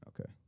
Okay